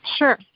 Sure